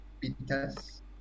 Pita's